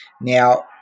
Now